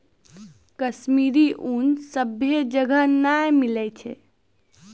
कश्मीरी ऊन सभ्भे जगह नै मिलै छै